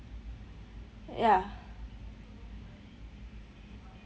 ya